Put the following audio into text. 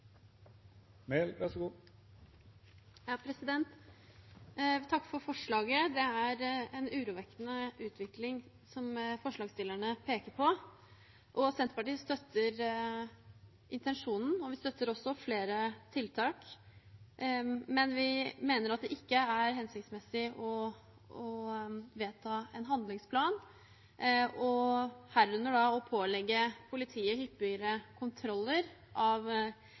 en urovekkende utvikling som forslagsstillerne peker på. Senterpartiet støtter intensjonen, og vi støtter også flere tiltak, men vi mener at det ikke er hensiktsmessig å vedta en handlingsplan, herunder å pålegge politiet hyppigere kontroller av